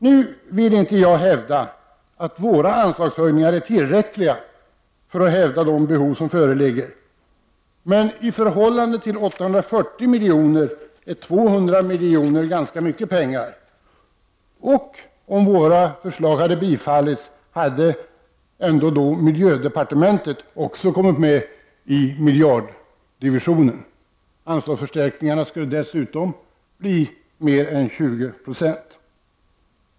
Jag vill inte hävda att våra anslagshöjningar är tillräckliga för att täcka de behov som föreligger, men i förhållande till 840 miljoner är 200 miljoner ganska mycket pengar. Och om våra förslag skulle bifallas skulle ändå miljödepartementet komma med i miljarddivisionen. Anslagsförstärkningarna skulle dessutom bli mer än 20 procent.